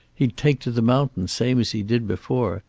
he'd take to the mountains, same as he did before.